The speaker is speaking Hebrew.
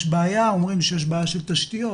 יש בעיה אומרים שיש בעיה של תשתיות,